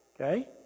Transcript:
Okay